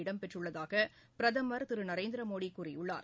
இடம்பெற்றுள்ளதாக பிரதமர் திரு நரேந்திரமோடி கூறியுள்ளார்